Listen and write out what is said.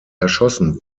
erschossen